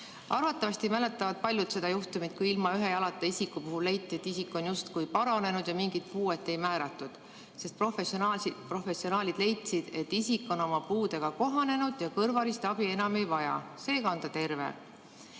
Arvatavasti mäletavad paljud juhtumit, kui ilma ühe jalata isiku puhul leiti, et isik on justkui paranenud ja mingit puuet ei määratud, sest professionaalid leidsid, et isik on oma puudega kohanenud ja kõrvalist abi enam ei vaja. Seega on ta terve.